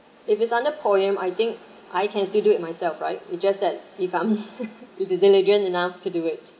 if it's under poem I think I can still do it myself right it's just that if I'm diligent enough to do it